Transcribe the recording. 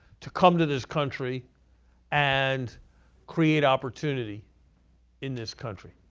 to come to this country and create opportunity in this country.